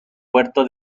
puerto